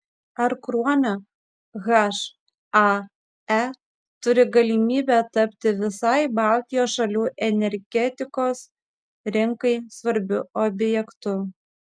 ar kruonio hae turi galimybę tapti visai baltijos šalių energetikos rinkai svarbiu objektu